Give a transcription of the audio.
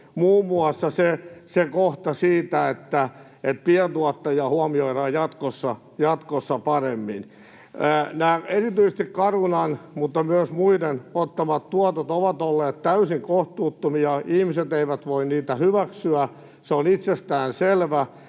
muun muassa kohta siitä, että pientuottaja huomioidaan jatkossa paremmin. Nämä erityisesti Carunan mutta myös muiden ottamat tuotot ovat olleet täysin kohtuuttomia. Ihmiset eivät voi niitä hyväksyä, se on itsestäänselvä.